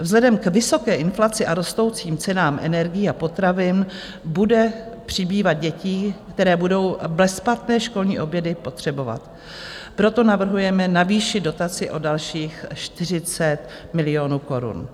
Vzhledem k vysoké inflaci a rostoucím cenám energií a potravin bude přibývat dětí, které budou bezplatné školní obědy potřebovat, proto navrhujeme navýšit dotaci o dalších 40 milionů korun.